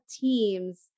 teams